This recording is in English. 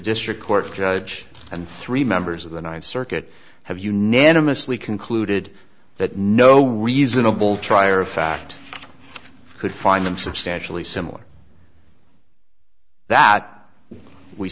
district court judge and three members of the ninth circuit have unanimously concluded that no reasonable trier of fact could find them substantially similar that we